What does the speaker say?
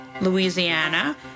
Louisiana